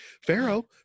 Pharaoh